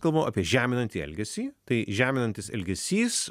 kalbam apie žeminantį elgesį tai žeminantis elgesys